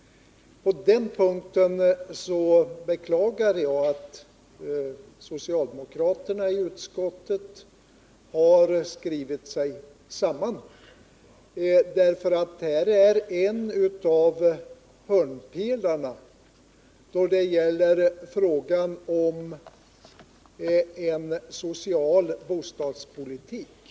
Jag beklagar att socialdemokraterna i utskottet på den punkten skrivit sig samman med majoriteten. Finansieringen är nämligen en av hörnpelarna då det gäller frågan om en social bostadspolitik.